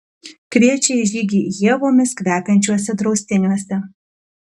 kviečia į žygį ievomis kvepiančiuose draustiniuose